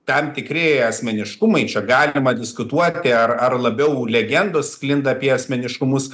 tam tikri asmeniškumai čia galima diskutuoti ar ar labiau legendos sklinda apie asmeniškumus